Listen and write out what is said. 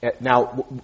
now